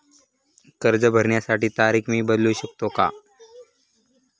कर्ज भरण्याची तारीख मी बदलू शकतो का?